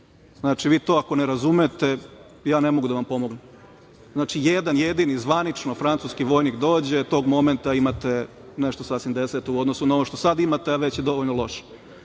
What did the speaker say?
Znači, vi to ako ne razumete, ja ne mogu da vam pomognem. Znači, jedan jedini zvanično francuski vojnik dođe, tog momenta imate nešto sasvim deseto u odnosu na ono što sada imate, a već je dovoljno loše. Tako